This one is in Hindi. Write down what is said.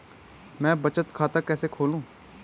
मैं बचत खाता कैसे खोलूँ?